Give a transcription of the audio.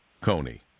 coney